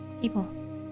people